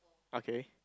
okay